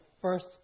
first